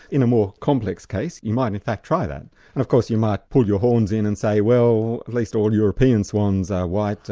in a more complex case you might in in fact try that. and of course you might pull your horns in and say, well at least all european swans are white,